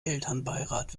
elternbeirat